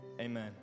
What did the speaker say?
amen